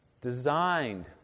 Designed